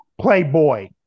Playboy